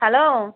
hello